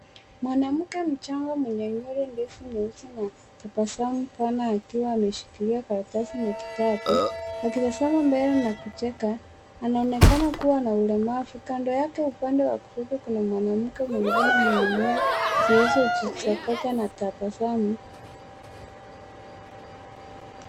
Mwanamke mchanga mwenye nywele ndefu nyeusi na tabasamu akiwa ameshikilia karatasi na kitabu akitazama mbele na kucheka anaonekana kuwa na ulemavu. Kando yake upande wa kushoto kuna mwanamke mwingine mwenye nywele zilizojisokota na tabasamu.